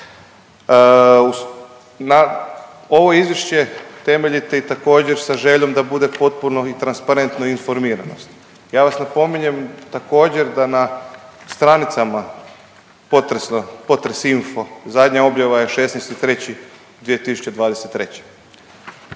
Ovo izvješće temeljite i također sa željom da bude potpuno i transparentno i informiranost. Ja vas napominjem također da na stranicama potresno, potres.info zadnja objava je 16.3.2023.,